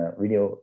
video